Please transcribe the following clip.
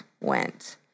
went